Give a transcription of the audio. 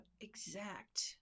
exact